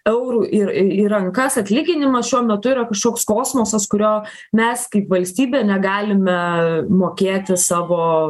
eurų ir į į rankas atlyginimas šiuo metu yra kažkoks kosmosas kurio mes kaip valstybė negalime mokėti savo